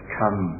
come